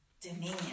dominion